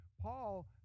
Paul